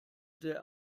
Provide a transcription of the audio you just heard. der